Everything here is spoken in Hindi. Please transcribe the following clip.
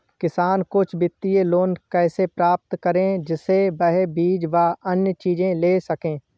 किसान कुछ वित्तीय लोन कैसे प्राप्त करें जिससे वह बीज व अन्य चीज ले सके?